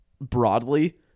broadly